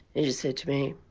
and just said to me,